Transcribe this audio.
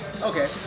Okay